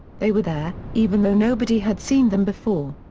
they were there, even though nobody had seen them before.